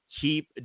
keep